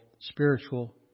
spiritual